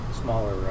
smaller